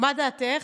מה דעתך?